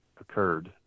occurred